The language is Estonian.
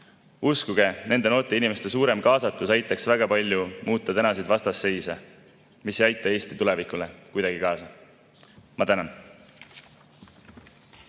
Uskuge, nende noorte inimeste suurem kaasatus aitaks väga palju muuta tänaseid vastasseise, mis ei aita Eesti tulevikule kuidagi kaasa. Ma tänan.